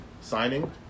signing